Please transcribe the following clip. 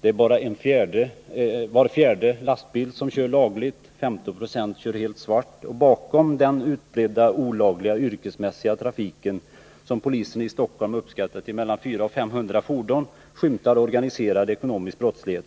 Det är bara var fjärde lastbil som kör lagligt, och 15 96 kör helt svart. Bakom den utbredda olagliga yrkesmässiga trafiken, som polisen i Stockholm uppskattar gälla mellan 400 och 500 fordon, skymtar organiserad ekonomisk brottslighet.